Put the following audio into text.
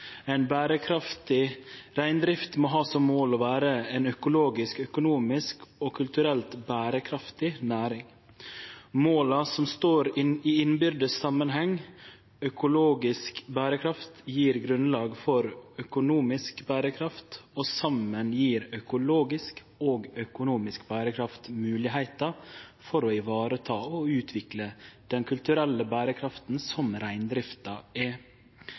ein føresetnad for framtidige utviklingsmoglegheiter at reindrifta er berekraftig. Ei berekraftig reindrift må ha som mål å vere ei økologisk, økonomisk og kulturelt berekraftig næring. Måla står i innbyrdes samanheng, økologisk berekraft gjev grunnlag for økonomisk berekraft, og saman gjev økologisk og økonomisk berekraft moglegheiter for å vareta og utvikle den kulturelle berekrafta som reindrifta er.